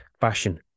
fashion